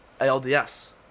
ALDS